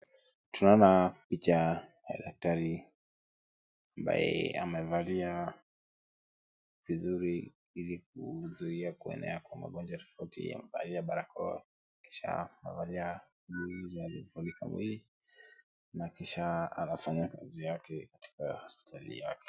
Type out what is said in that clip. Tunaona picha ya daktari ambaye amevalia vizuri ili kuzuia kuenea kwa magonjwa tofauti. Amevalia barakoa kisha amevalia nguo zinazomfunika mwili na kisha anafanyia kazi yake katika hospitali yake.